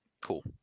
Cool